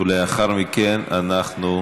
ולאחר מכן אנחנו,